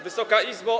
Wysoka Izbo!